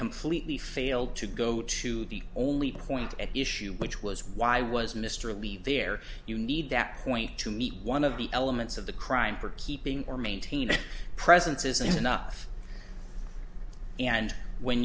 completely failed to go to the only point at issue which was why was mr levy there you need that point to meet one of the elements of the crime for peeping or maintain a presence isn't enough and when